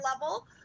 level